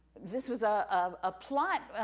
this was a um ah plot,